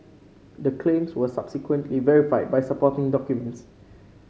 the claims were subsequently verified by supporting documents